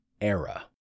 era